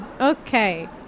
Okay